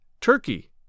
Turkey